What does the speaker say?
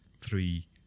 three